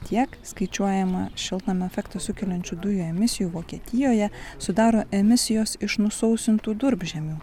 tiek skaičiuojama šiltnamio efektą sukeliančių dujų emisijų vokietijoje sudaro emisijos iš nusausintų durpžemių